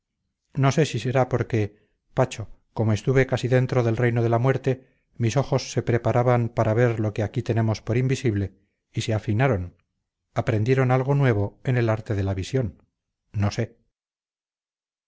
no sé si será porque pacho como estuve casi dentro del reino de la muerte mis ojos se preparaban para ver lo que aquí tenemos por invisible y se afinaron aprendieron algo nuevo en el arte de la visión no sé